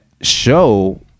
show